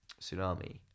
tsunami